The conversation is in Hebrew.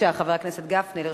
חבר הכנסת גפני, בבקשה.